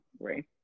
right